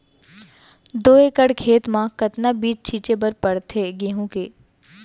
दो एकड़ खेत म कतना बीज छिंचे बर पड़थे गेहूँ के?